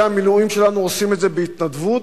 המילואים שלנו עושים את זה בהתנדבות,